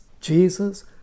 Jesus